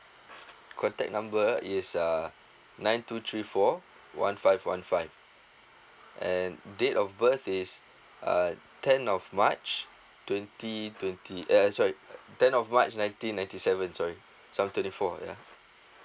contact number is uh nine two three four one five one five and date of birth is uh tenth of march twenty twenty eh eh sorry tenth of march nineteen ninety seven sorry so I'm twenty four yeah